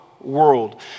world